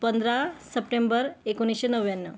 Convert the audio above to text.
पंधरा सप्टेंबर एकोणिसशे नव्याण्णव